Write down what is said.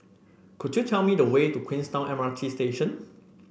could you tell me the way to Queenstown M R T Station